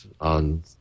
on